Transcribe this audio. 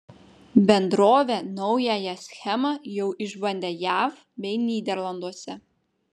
bendrovė naująją schema jau išbandė jav bei nyderlanduose